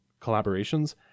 collaborations